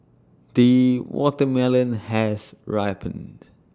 the watermelon has ripened